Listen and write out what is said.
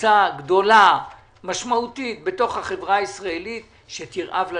קבוצה גדולה משמעותית בתוך החברה הישראלית שתרעב ללחם.